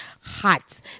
Hot